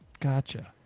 gotcha.